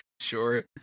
Sure